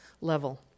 level